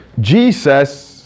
Jesus